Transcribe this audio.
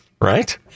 Right